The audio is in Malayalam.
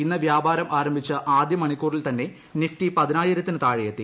ഇന്ന് വ്യാപാരം ആരംഭിച്ച് ആദ്യ മണിക്കൂറിൽ തന്നെ നിഫ്റ്റി പതിനായിരത്തിന് താഴെ എത്തി